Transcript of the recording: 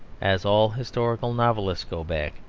as all historical novelists go back,